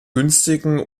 günstigen